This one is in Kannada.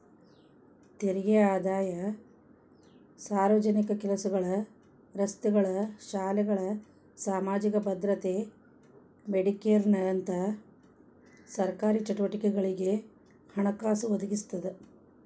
ತೆರಿಗೆ ಆದಾಯ ಸಾರ್ವಜನಿಕ ಕೆಲಸಗಳ ರಸ್ತೆಗಳ ಶಾಲೆಗಳ ಸಾಮಾಜಿಕ ಭದ್ರತೆ ಮೆಡಿಕೇರ್ನಂತ ಸರ್ಕಾರಿ ಚಟುವಟಿಕೆಗಳಿಗೆ ಹಣಕಾಸು ಒದಗಿಸ್ತದ